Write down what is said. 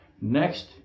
Next